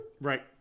Right